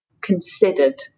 considered